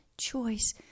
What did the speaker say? choice